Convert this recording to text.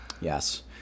Yes